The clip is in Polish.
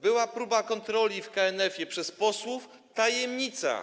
Była próba kontroli w KNF przez posłów - tajemnica.